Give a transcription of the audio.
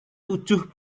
tujuh